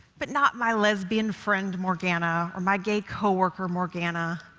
but not my lesbian friend morgana, or my gay coworker morgana.